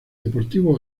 deportivo